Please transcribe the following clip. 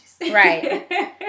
Right